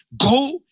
Go